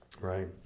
Right